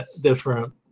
different